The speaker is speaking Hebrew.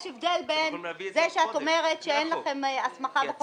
יש הבדל בין זה שאת אומרת שאין לכם הסמכה בחוק,